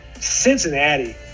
Cincinnati